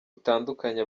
bitandukanye